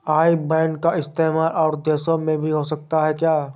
आई bank का इस्तेमाल और देशों में भी हो सकता है क्या?